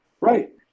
Right